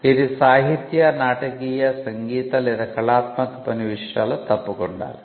ఇది సాహిత్య నాటకీయ సంగీత లేదా కళాత్మక పని విషయాలలో తప్పక ఉండాలి